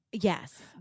Yes